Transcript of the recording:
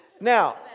Now